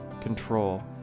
control